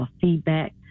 feedback